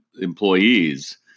employees